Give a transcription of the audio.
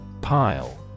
Pile